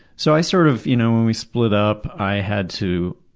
so i sort of, you know when we split up i had to